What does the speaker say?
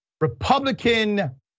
Republican